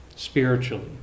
spiritually